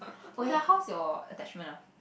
oh ya how's your attachment ah